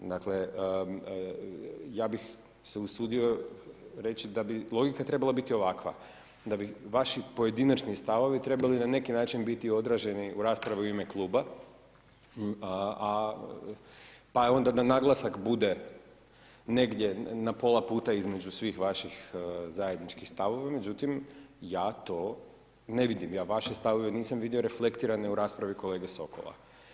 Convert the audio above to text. Dakle ja bih se usudio reći da bi logika trebala biti ovakva, da bi vaši pojedinačni stavovi trebali na neki način biti odraženi u raspravi u ime kluba, pa onda da naglasak bude negdje na pola puta između svih vaših zajedničkih stavova, međutim ja to ne vidim, ja vaše stavove nisam vidio reflektirane u raspravi kolege Sokola.